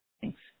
Thanks